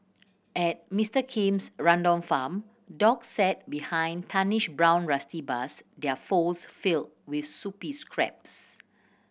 at Mister Kim's rundown farm dogs sat behind tarnished brown rusty bars their filled with soupy scraps